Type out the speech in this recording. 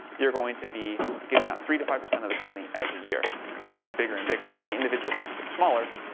you're going to be giving out three to five percent of the company every year, because you just get bigger and bigger. so the individual grants get smaller,